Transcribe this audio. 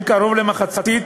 שהם קרוב למחצית,